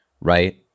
right